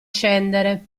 scendere